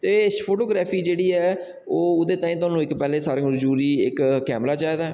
ते फोटोग्राफी जेह्ड़ी ऐ ओह् ओह्दे ताईं थुहानूं इक पैह्लें सारें कोला जरूरी इक कैमरा चाहिदा ऐ